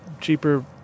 cheaper